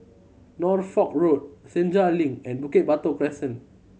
Norfolk Road Senja Link and Bukit Batok Crescent